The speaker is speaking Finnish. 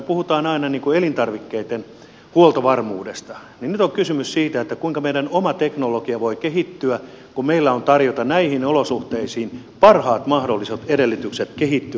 me puhumme aina elintarvikkeiden huoltovarmuudesta ja nyt on kysymys siitä kuinka meidän oma teknologia voi kehittyä kun meillä on tarjota näihin olosuhteisiin parhaat mahdolliset edellytykset kehittyä